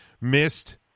missed